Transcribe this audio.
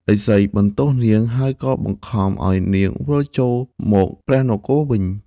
ឥសីបន្ទោសនាង ហើយក៏បង្ខំឱ្យនាងវិលចូលមកព្រះនគរវិញ។